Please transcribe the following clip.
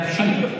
נפשית.